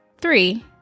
Three